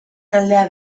taldea